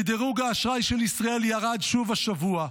כי דירוג האשראי של ישראל ירד שוב השבוע,